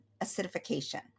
acidification